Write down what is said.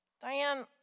Diane